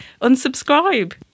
unsubscribe